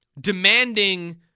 demanding